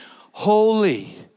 holy